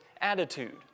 attitude